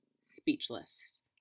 speechless